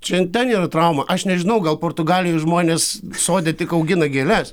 čian ten yra trauma aš nežinau gal portugalijoj žmonės sode tik augina gėles